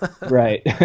right